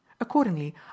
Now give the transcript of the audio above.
Accordingly